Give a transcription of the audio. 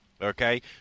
Okay